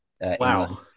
Wow